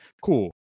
cool